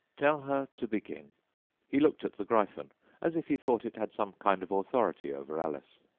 tell her to begin he looked at the gryphon as if he thought it had some kind of authority over alice.